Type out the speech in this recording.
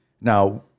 Now